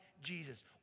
Jesus